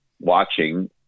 watching